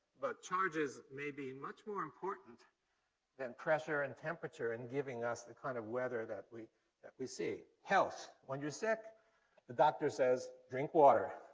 but charges may be much more important than pressure and temperature in giving us the kind of weather that we that we see. health. when you're sick the doctor says drink water.